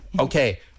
Okay